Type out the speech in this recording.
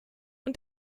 und